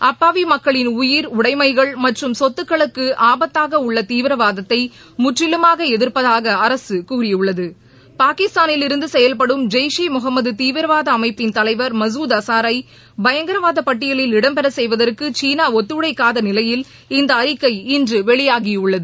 அப்பாவி மக்களின் உயிர் உடைமைகள் மற்றும் சொத்துகளுக்கு ஆபத்தாக உள்ள தீவிரவாதத்தை முற்றிலுமாக எதிர்ப்பதாக அரசு கூறியுள்ளது பாகிஸ்தாளில் இருந்து செயல்படும் ஜெய்ஷே முகமது தீவிரவாத அமைப்பின் தலைவா் மசூத் ஆசாரை பயங்கரவாத பட்டியலில் இடம் பெற செய்வதற்கு சீனா ஒத்துழைக்காத நிலையில் இந்த அறிக்கை இன்று வெளியாகியுள்ளது